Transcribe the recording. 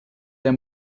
der